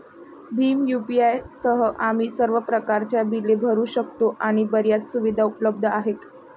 Bhim UPI सह, आम्ही सर्व प्रकारच्या बिले भरू शकतो आणि बर्याच सुविधा उपलब्ध आहेत